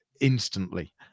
instantly